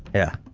yeah.